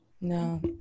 No